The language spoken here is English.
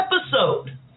episode